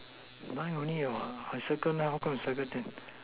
nine only what I circle nine why you circle ten